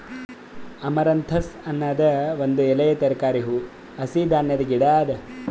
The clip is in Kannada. ಅಮರಂಥಸ್ ಅನದ್ ಒಂದ್ ಎಲೆಯ ತರಕಾರಿ, ಹೂವು, ಹಸಿ ಧಾನ್ಯದ ಗಿಡ ಅದಾ